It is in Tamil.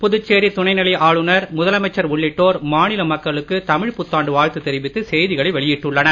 புதுச்சேரி துணைநிலை ஆளுனர் முதலமைச்சர் உள்ளிட்டோர் மாநில மக்களுக்கு தமிழ் புத்தாண் வாழ்த்து தெரிவித்து செய்திகளை வெளியிட்டுள்ளனர்